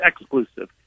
exclusive